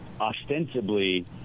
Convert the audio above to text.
ostensibly